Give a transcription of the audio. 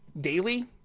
daily